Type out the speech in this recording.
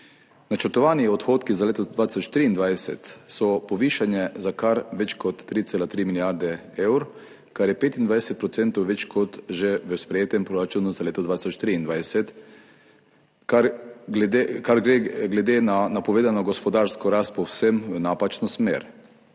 Načrtovani odhodki za leto 2023 so povišani za kar več, 3,3 milijarde evrov, kar je 25 % več kot v že sprejetem proračunu za leto 2023, kar gre glede na napovedano gospodarsko rast povsem v napačno smer.